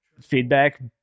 feedback